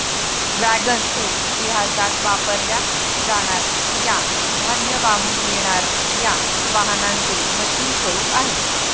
wagons हे इतिहासात वापरल्या जाणार या धान्य वाहून नेणार या वाहनांचे मशीन स्वरूप आहे